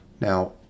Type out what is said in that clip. Now